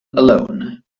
alone